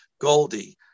Goldie